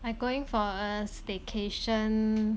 I going for a staycation